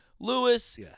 Lewis